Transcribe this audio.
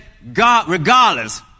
regardless